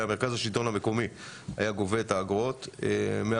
מרכז השלטון המקומי היה גובה את האגרות מהמפעלים.